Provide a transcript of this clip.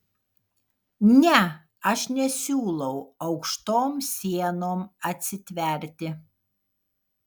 ne aš nesiūlau aukštom sienom atsitverti